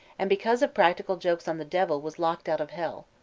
and because of practical jokes on the devil was locked out of hell.